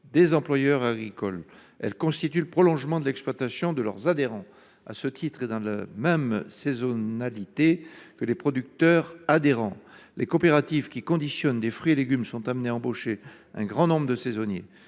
des employeurs agricoles. Elles constituent le prolongement de l’exploitation de leurs adhérents. À ce titre, et selon la même saisonnalité que leurs adhérents, les coopératives qui conditionnent des fruits et légumes sont amenées à embaucher un grand nombre de saisonniers.